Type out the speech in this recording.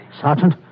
Sergeant